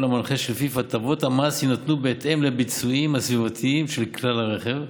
המנחה שלפיו הטבות המס יינתנו בהתאם לביצועים הסביבתיים של כלי הרכב,